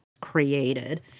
created